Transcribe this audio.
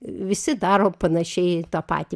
visi daro panašiai tą patį